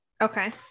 okay